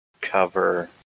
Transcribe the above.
cover